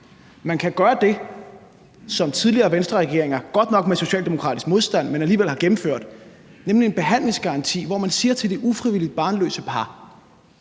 Man kan gøre det, som tidligere Venstreregeringer – godt nok med socialdemokratisk modstand – har gennemført, nemlig en behandlingsgaranti, hvor man siger til de ufrivilligt barnløse par